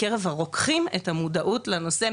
בקרב הרוקחים את המודעות לנושא,